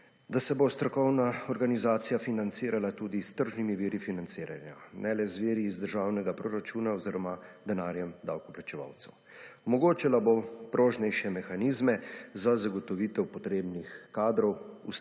da se bo strokovna organizacija financirala tudi s tržnimi viri financiranja, ne le z viri iz državnega proračuna oziroma denarjem davkoplačevalcev. Omogočala bo prožnejše mehanizme za zagotovitev potrebnih kadrov